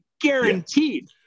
guaranteed